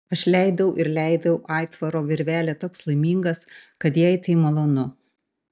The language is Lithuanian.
aš leidau ir leidau aitvaro virvelę toks laimingas kad jai tai malonu